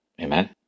Amen